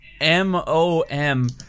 m-o-m